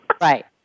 Right